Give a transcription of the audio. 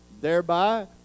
thereby